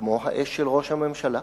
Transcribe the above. כמו האש של ראש הממשלה,